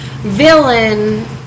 villain